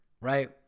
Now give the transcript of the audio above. right